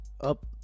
up